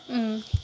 अँ